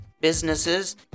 businesses